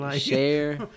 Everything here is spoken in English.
share